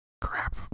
Crap